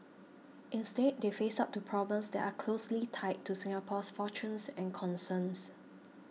instead they face up to problems that are closely tied to Singapore's fortunes and concerns